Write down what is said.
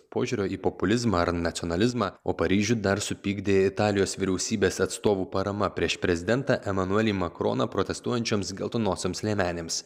požiūrio į populizmą ar nacionalizmą o paryžių dar supykdė italijos vyriausybės atstovų parama prieš prezidentą emanuelį makroną protestuojančioms geltonosioms liemenėms